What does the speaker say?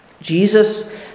Jesus